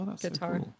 guitar